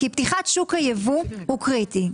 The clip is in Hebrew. פתיחת שוק היבוא היא קריטית.